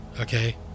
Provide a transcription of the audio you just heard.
Okay